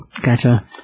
Gotcha